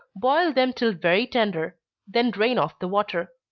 boil them till very tender then drain off the water.